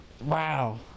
Wow